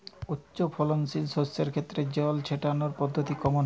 উচ্চফলনশীল শস্যের ক্ষেত্রে জল ছেটানোর পদ্ধতিটি কমন হবে?